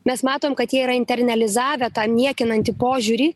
mes matom kad jie yra internelizavę tą niekinantį požiūrį